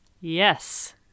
Yes